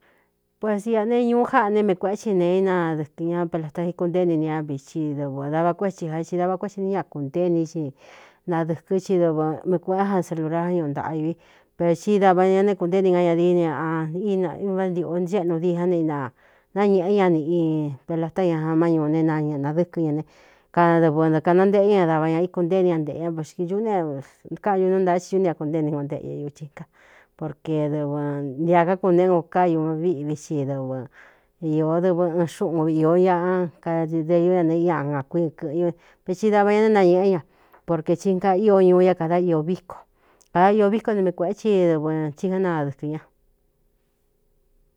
Puesiā ne ñuú jáꞌā ne me kuēꞌé tsi nēe nadɨkɨn ña pelata íkunténi ne a vi ti dɨvɨ dava kuétsi jaé xi dava kué xi ní ña kūntée ini i nadɨ̄kɨ́n ci dɨvɨ me kueꞌén jan salurañu ntaꞌa ui pero tí dava ñaña né kunténi ña ñadii vá niūꞌu nséꞌnu di án ne ta nañēꞌé ña nīꞌin pelata ña an má ñuu ne nñnādɨ́kɨ́n ña ne kanadɨvɨ nɨ kaꞌna ntéꞌé ña dava ña íkunténi ña nteꞌe ña vaxkiūꞌú ne káꞌn ñu nún ntaꞌa tiñúni a kunté ni ko ntéꞌ ña ucsi nka porke dɨvɨ nti a kákuneꞌé no káium viꞌvi xi dɨvɨ ió dɨvɨ ɨn xúꞌun īó ñaán kadeiú ña ne inakuiɨ kɨ̄ꞌɨ ñu pe tsi dava ña neé nañēꞌé ña porkē tika ío ñuú ia kāda iō víko kāda iō víko ne me kuēꞌé tsi dɨvɨ tsi jánadɨkɨ̄n ña.